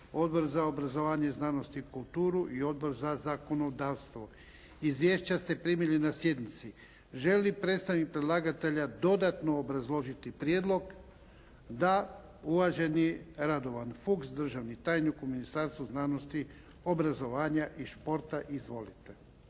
Odbor za obrazovanje, znanost i kulturu i Odbor za zakonodavstvo. Izvješća ste primili na sjednici. Želi li predstavnik predlagatelja dodatno obrazložiti prijedlog? Da. Uvaženi Radovan Fuchs, državni tajnik u Ministarstvu znanosti, obrazovanja i športa. Izvolite.